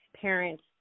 Parents